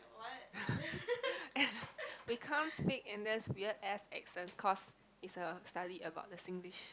we can't speak in this weird ass accent cause it's a study about the Singlish